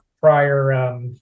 prior